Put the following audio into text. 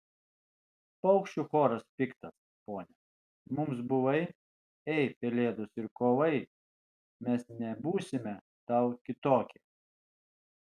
paukščių choras piktas pone mums buvai ei pelėdos ir kovai mes nebūsime tau kitokie